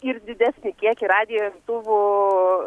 ir didesnį kiekį radijo imtuvų